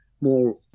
more